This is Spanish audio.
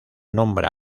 nombra